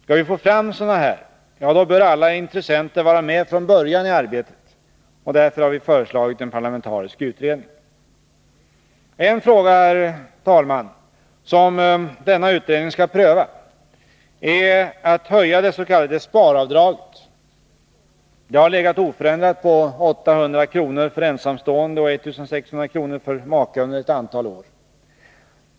Skall vi få fram sådana bör alla intressenter vara med från början i arbetet; därför har vi föreslagit en parlamentarisk utredning. En fråga som denna utredning skall pröva är förslaget att höja det s.k. sparavdraget. Det har legat oförändrat på 800 kr. för ensamstående och 1 600 kr., för makar under ett antal år.